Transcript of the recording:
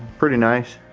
pretty nice.